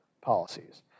policies